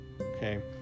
okay